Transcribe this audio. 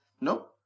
No